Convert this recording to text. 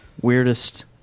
weirdest